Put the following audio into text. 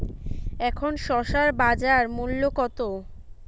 এখন শসার বাজার মূল্য কত?